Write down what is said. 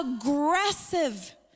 aggressive